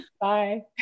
Bye